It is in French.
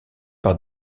par